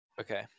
okay